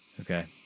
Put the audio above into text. Okay